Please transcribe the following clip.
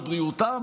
לבריאותם,